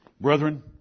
Brethren